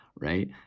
right